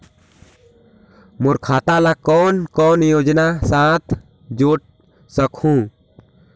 मोर खाता ला कौन कौन योजना साथ जोड़ सकहुं?